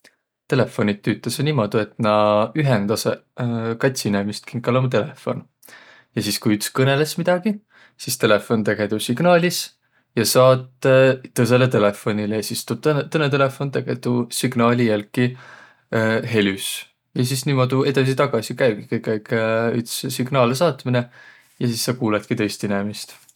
Telefoniq tüütäseq niimuudu, et näq ühendäseq kats inemist, kinkal om telefon. Ja sis ku üts kõnlõs midägi, sis telefon tege tuu signaalis ja saat tõsõlõ telefonilõ, ja sis tu tõnõ tõnõ telefon, tege tuu signaali jälki helüs. Ja sis niimuudu edesi-tagasi käügi kõikaig üts signaalõ saatminõ ja sis saq kuulõtki tõist inemist.